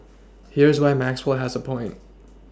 here's why Maxwell has a point